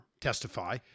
testify